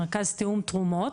מרכז תיאום תרומות,